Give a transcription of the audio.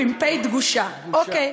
עם פ"א דגושה, אוקיי.